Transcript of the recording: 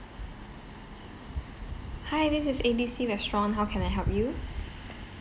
hi this is A B C restaurant how can I help you